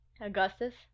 Augustus